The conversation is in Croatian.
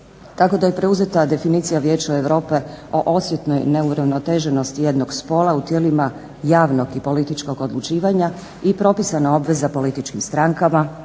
tako da je preuzeta definicija Vijeća Europe o osjetnoj neuravnoteženosti jednog spola u tijelima javnog i političkog odlučivanja i propisana obveza političkim strankama,